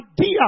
idea